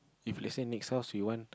if let's say next house you want